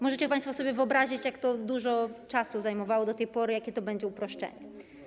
Możecie państwo sobie wyobrazić, jak to dużo czasu zajmowało do tej pory i jakie to będzie uproszczenie.